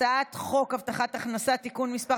הצעת חוק הבטחת הכנסה (תיקון מס'